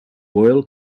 royal